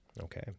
Okay